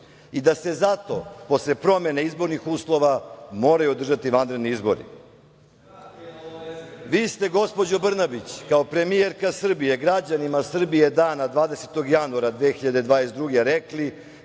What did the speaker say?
i da se zato posle promene izbornih uslova moraju održati vanredni izbori. Vi ste, gospođo Brnabić, kao premijerka Srbije, građanima Srbije dana 20. januara 2022.godine